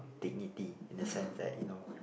dignity in a sense that you know